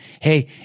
hey